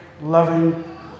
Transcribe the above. loving